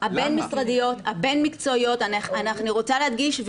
אני רוצה להדגיש,